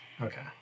Okay